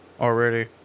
already